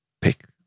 pick